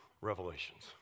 revelations